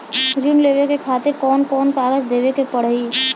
ऋण लेवे के खातिर कौन कोन कागज देवे के पढ़ही?